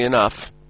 enough